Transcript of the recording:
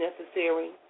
necessary